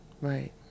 Right